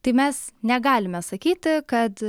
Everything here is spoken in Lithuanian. tai mes negalime sakyti kad